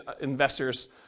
investors